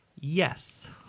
yes